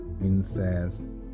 incest